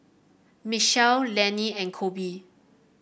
Michelle Leonie and Koby